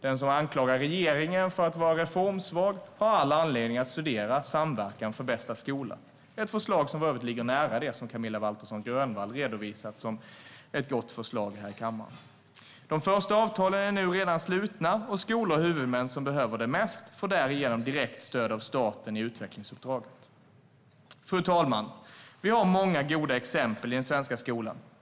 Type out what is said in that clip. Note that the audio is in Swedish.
Den som anklagar regeringen för att vara reformsvag har all anledning att studera Samverkan för bästa skola - ett förslag som för övrigt ligger nära det som Camilla Waltersson Grönvall redovisat som ett gott förslag här i kammaren. De första avtalen är nu redan slutna. De skolor och huvudmän som behöver det mest får därigenom direkt stöd av staten i utvecklingsuppdraget. Fru talman! Vi har många goda exempel i den svenska skolan.